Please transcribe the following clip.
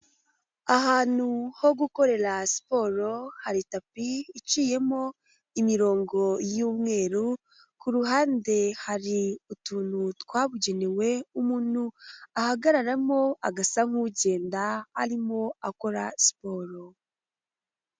Ahantu ho gukorera siporo, hari tapi iciyemo imirongo y'umweru, ku ruhande hari utuntu twabugenewe, umuntu ahagararamo agasa nk'ugenda arimo akora siporo.